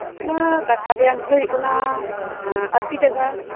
ᱱᱚᱶᱟ ᱠᱟᱴᱟᱨᱮᱭᱟᱜ ᱟᱹᱱᱴᱤ ᱫᱚ ᱦᱳᱭᱳᱜ ᱠᱟᱱᱟ ᱟᱹᱥᱤ ᱴᱟᱠᱟ